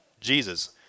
Jesus